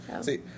See